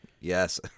Yes